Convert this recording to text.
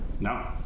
No